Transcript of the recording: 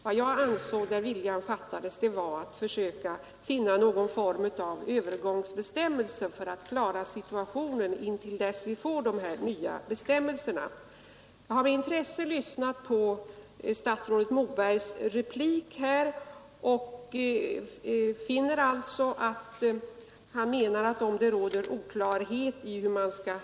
Det jag ansåg var att viljan fattades när det gällde att försöka finna någon form av övergångs bestämmelse för att klara situationen intill dess vi får de här nya Fredagen den bestämmelserna. 8 december 1972 Jag har med intresse lyssnat på statsrådet Mobergs replik här och —— rön finner att han menar, att om det råder oklarhet i fråga om hur man skall Ang.